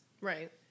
Right